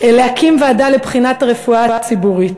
להקים ועדה לבחינת הרפואה הציבורית.